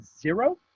zero